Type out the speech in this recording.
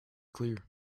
clear